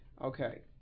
Okay